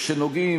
בנוגע,